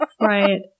right